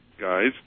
guys